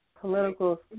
political